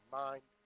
mind